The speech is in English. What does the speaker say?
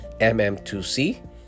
mm2c